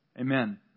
Amen